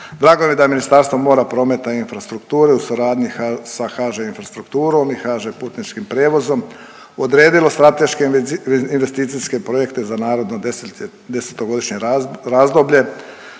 Drago mi je da je Ministarstvo mora, prometa i infrastrukture u suradnji sa HŽ Infrastrukturom i HŽ Putničkim prijevozom odredilo strateške investicijske projekte za naredno 10-godišnje razdoblje,